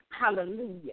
Hallelujah